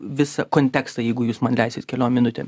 visą kontekstą jeigu jūs man leisit keliom minutėm